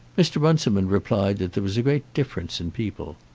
mr. runciman replied that there was a great difference in people.